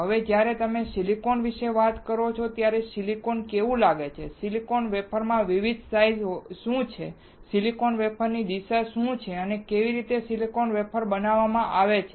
હવે જ્યારે તમે સિલિકોન વિશે વાત કરો છો ત્યારે સિલિકોન કેવું લાગે છે સિલિકોન વેફર માં વિવિધ સાઈઝ શું છે સિલિકોન વેફરની દિશા શું છે અને કેવી રીતે સિલિકોન વેફર બનાવવામાં આવે છે